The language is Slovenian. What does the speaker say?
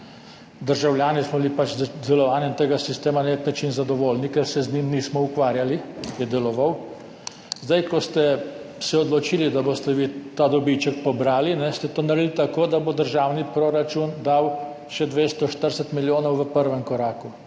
državljani smo bili z delovanjem tega sistema na nek način zadovoljni, ker se z njim nismo ukvarjali, je deloval. Zdaj, ko ste se odločili, da boste vi ta dobiček pobrali, ste to naredili tako, da bo državni proračun dal še 240 milijonov v prvem koraku,